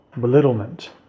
Belittlement